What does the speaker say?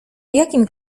jakim